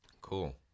Cool